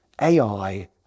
AI